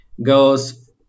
Goes